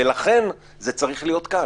ולכן זה צריך להיות כאן.